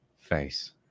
face